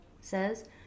says